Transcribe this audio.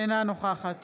אינה נוכחת